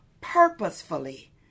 purposefully